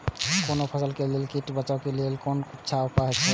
कोनो फसल के लेल कीट सँ बचाव के लेल कोन अच्छा उपाय सहि अछि?